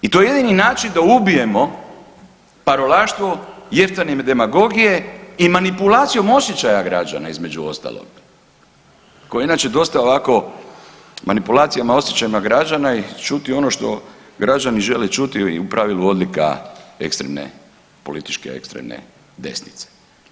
I to je jedini način da ubijemo parolaštvo jeftine demagogije i manipulacijom osjećaja građana između ostalog koje je inače dosta ovako manipulacijama osjećajima građana i čuti ono što građani žele čuti i u pravilu odlika ekstremne političke ekstremne desnice.